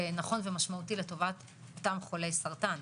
נכון ומשמעותי לטובת אותם חולי סרטן.